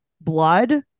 Blood